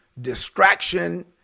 distraction